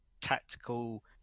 tactical